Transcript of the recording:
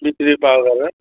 बिस रुपियाँ पावा गरेर